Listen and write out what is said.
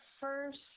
first